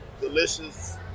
delicious